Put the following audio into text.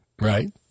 Right